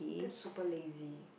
that's super lazy